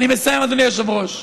אני מסיים, אדוני היושב-ראש.